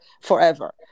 forever